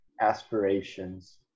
aspirations